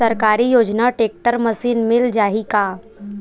सरकारी योजना tractor machine मिल जाही का?